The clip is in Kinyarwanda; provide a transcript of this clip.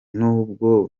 nubwo